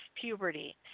puberty